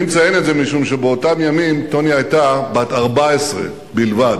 אני מציין את זה משום שבאותם ימים טוניה היתה בת 14 בלבד.